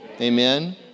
amen